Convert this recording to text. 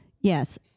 Yes